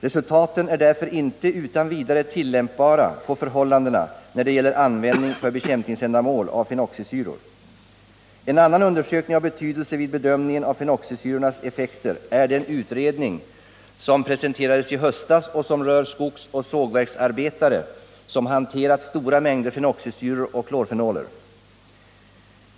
Resultaten är därför inte utan vidare tillämpbara på förhållandena när det gäller användning av fenoxisyror för bekämpningsändamål. En annan undersökning av betydelse vid bedömningen av fenoxisyrornas effekter är den utredning som presenterades i höstas och som rörde skogsoch sågverksarbetare som hanterat stora mängder fenoxisyror och klorfenoler.